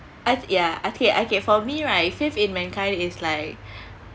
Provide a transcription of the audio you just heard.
I ya okay okay for me right faith in mankind is like